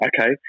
okay